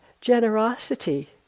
generosity